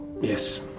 yes